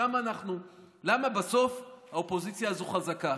למה בסוף האופוזיציה הזו חזקה?